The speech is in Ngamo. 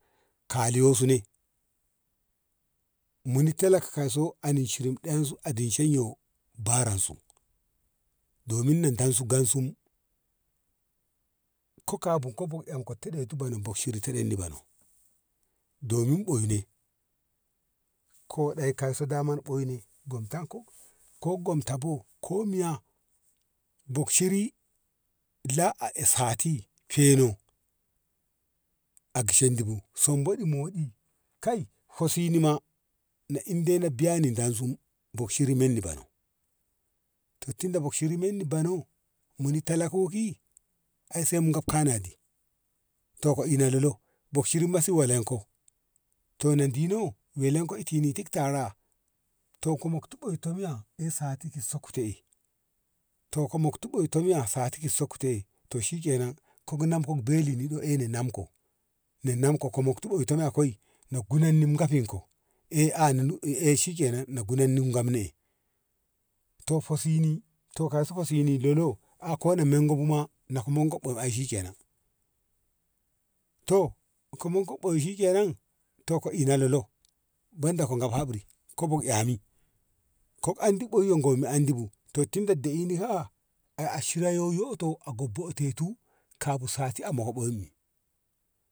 kali yosu ne muni talaka kaiso anin shiri dam su adanshin yo baran su domin na dan su gamsu ko kabu ko buk en ku deni bono domin ɓoi ne ko ɗai kaiso kano ɓoine gomtanko ko gamto bu ko miya bokshiri la a esa ti feno akshende bu sombodi moɗi kai ho sini ma na inde biya ni don sum bak shiri man ni bano tinda bak shiri manni bano muni talakoki ai sai mu gab kanadi to ko ina lolo bak shiri masi walan ko to na dino welan ko i tai tara tom ko mokti oyin ta miya isati ki sokte e to ko mokti miyya sati ki sokto e to shi kenan kognon kon bene eine namkom ne namko ko mokti oyi miya koi na gunan ni gafin ko eh ah eh shikenan na gunan nin gamna eh to fo sini tokauso fa sini lalo ko na mango bu ma na ko mango ai shikenan to ko mongo boi ai shike nan to ka ina lolo banda kaga habri ko bok eh mi kog andi oyu yo handi bu tin da deni ha a shira yo yoto a gog bai te tu kafu sati a moku oyin ni.